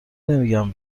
نمیگم